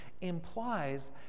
implies